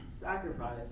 sacrifice